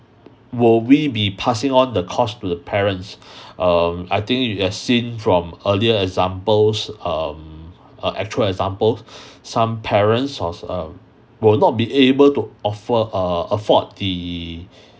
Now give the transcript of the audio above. will we be passing on the cost to the parents um I think you have seen from earlier examples um uh actual examples some parents also will not be able to offer err afford the